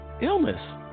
illness